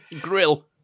grill